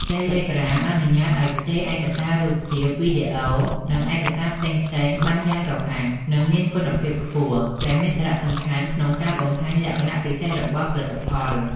តេឡេក្រាមអនុញ្ញាតឱ្យផ្ទេរឯកសាររូបភាព វីដេអូ និងឯកសារផ្សេងៗបានយ៉ាងរហ័ស និងមានគុណភាពខ្ពស់ ដែលមានសារៈសំខាន់ក្នុងការបង្ហាញលក្ខណៈពិសេសរបស់ផលិតផល។